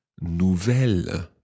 nouvelle